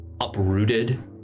uprooted